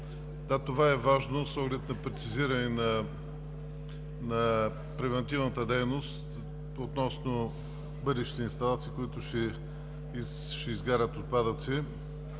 Да, това е важно с оглед прецизиране на превантивната дейност относно бъдещи инсталации, които ще изгарят отпадъци.